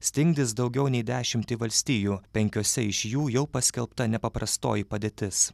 stingdys daugiau nei dešimtį valstijų penkiose iš jų jau paskelbta nepaprastoji padėtis